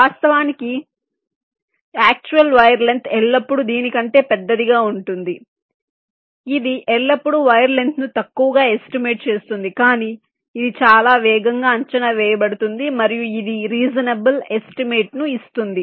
వాస్తవానికి actual wire length ఎల్లప్పుడూ దీని కంటే పెద్దదిగా ఉంటుంది ఇది ఎల్లప్పుడూ వైర్ లెంగ్త్ ను తక్కువగా ఎస్టిమేట్ చేస్తుంది కానీ ఇది చాలా వేగంగా అంచనా వేయబడుతుంది మరియు ఇది రీసన్ఏబుల్ ఎస్టిమేట్ ను ఇస్తుంది